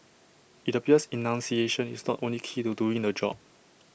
IT appears enunciation is not only key to doing the job